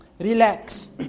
Relax